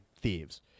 thieves